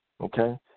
Okay